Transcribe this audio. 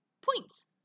Points